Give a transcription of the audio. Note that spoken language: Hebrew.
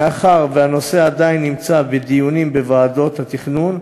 מאחר שהנושא עדיין נמצא בדיונים בוועדות התכנון,